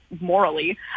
morally